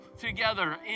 together